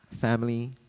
family